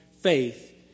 faith